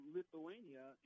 Lithuania